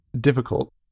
Difficult